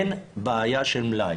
אני רינה עיני,